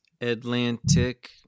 Atlantic